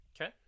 Okay